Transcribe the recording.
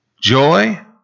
Joy